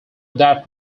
that